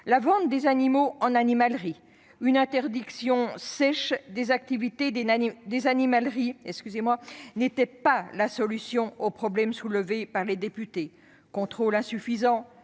la vente des animaux en animalerie. Une interdiction sèche de l'activité des animaleries n'était pas la solution aux problèmes soulevés par les députés : contrôles insuffisants,